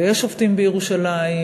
יש שופטים בירושלים,